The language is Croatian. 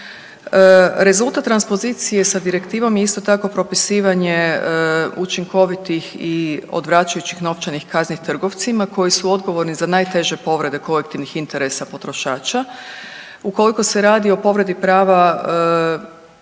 Rezultat transpozicije sa Direktivom je isto tako, propisivanje učinkovitih i odvraćajućih novčanih kazni trgovcima koji su odgovorni za najteže povrede kolektivnih interesa potrošača, ukoliko se radi o povredi prava